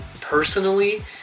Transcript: personally